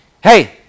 Hey